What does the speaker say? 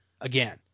again